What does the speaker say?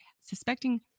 suspecting